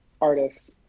artist